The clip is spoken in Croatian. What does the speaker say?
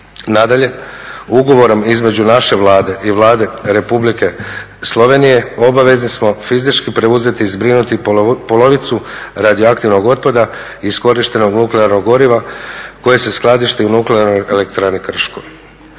Nadalje, ugovorom između naše Vlade i Vlade Republike Slovenije obvezni smo fizički preuzeti i zbrinuti polovicu radioaktivnog otpada iskorištenog nuklearnog goriva koji se skladišti u Nuklearnoj elektrani Krško.